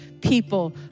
people